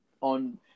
on